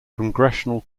congressional